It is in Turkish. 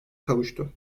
kavuştu